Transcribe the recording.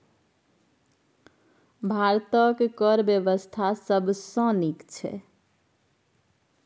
भारतक कर बेबस्था सबसँ नीक छै